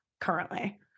currently